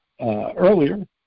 earlier